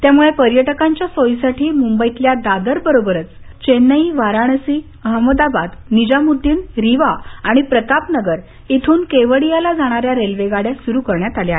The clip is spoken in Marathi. त्यामुळे पर्यटकांच्या सोईसाठी मुंबईतल्या दादर बरोबरच चेन्नई वाराणसी अहमदाबाद निजामुद्दीन रिवा आणि प्रतापनगर इथून केवडियाला जाणाऱ्या रेल्वेगाड्या सुरू करण्यात आल्या आहेत